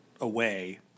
away